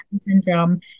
syndrome